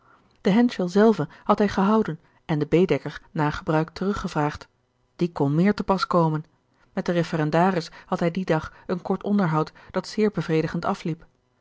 hendschel zelden had hij gehouden en den baedeker na gebruik terug gevraagd die kon meer te pas komen met den referendaris had hij dien dag een kort onderhoud dat zeer bevredigend afliep